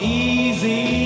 easy